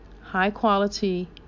high-quality